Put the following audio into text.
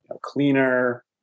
cleaner